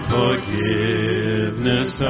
forgiveness